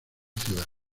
ciudad